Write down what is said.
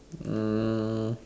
hmm